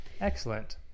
Excellent